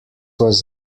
was